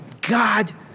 God